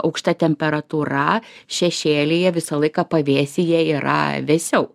aukšta temperatūra šešėlyje visą laiką pavėsyje yra vėsiau